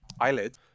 eyelid